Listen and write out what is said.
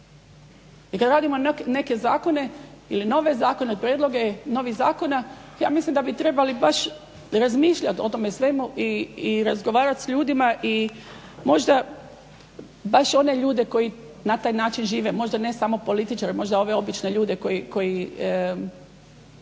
I kad radimo onako neke zakone ili nove zakone, prijedloge novih zakona ja mislim da bi trebali baš razmišljati o tome svemu i razgovarat s ljudima i možda baš one ljude koji na taj način žive, možda ne samo političare, možda ove obične ljude koji